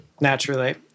Naturally